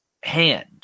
hand